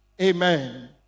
Amen